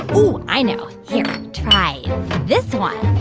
oh, i know. here, try this one